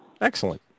Excellent